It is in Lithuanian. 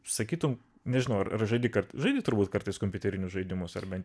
sakytum nežinau ar žaidi kad vieni turbūt kartais kompiuterinius žaidimus ar bent